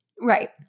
Right